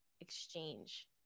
exchange